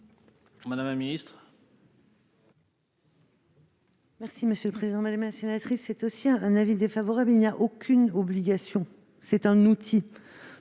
madame la ministre,